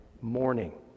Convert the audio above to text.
morning